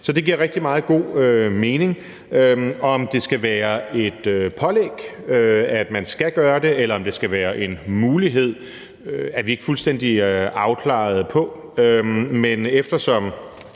Så det giver rigtig meget god mening. Om det skal være et pålæg om, at man skal gøre det, eller om det skal være en mulighed, er vi ikke fuldstændig afklaret på. Men eftersom